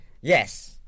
Yes